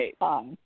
right